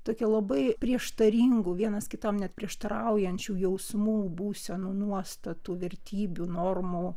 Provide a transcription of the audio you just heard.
tokia labai prieštaringų vienas kitam net prieštaraujančių jausmų būsenų nuostatų vertybių normų